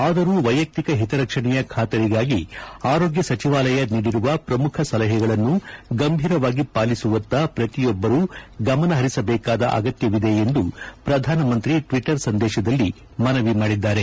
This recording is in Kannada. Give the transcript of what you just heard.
ಆದರೂ ವೈಯಕ್ತಿಕ ಹಿತರಕ್ಷಣೆಯ ಖಾತರಿಗಾಗಿ ಆರೋಗ್ಯ ಸಚಿವಾಲಯ ನೀಡಿರುವ ಪ್ರಮುಖ ಸಲಹೆಗಳನ್ನು ಗಂಭೀರವಾಗಿ ಪಾಲಿಸುವತ್ತ ಪ್ರತಿಯೊಬ್ಬರು ಗಮನಹರಿಸಬೇಕಾದ ಅಗತ್ಯವಿದೆ ಎಂದು ಪ್ರಧಾನಮಂತ್ರಿ ಟ್ವಿಟರ್ ಸಂದೇಶದಲ್ಲಿ ಮನವಿ ಮಾಡಿದ್ದಾರೆ